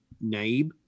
Naib